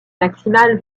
maximal